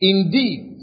Indeed